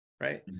Right